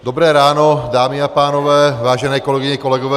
Dobré ráno dámy a pánové, vážené kolegyně, kolegové.